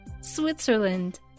Switzerland